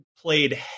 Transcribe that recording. played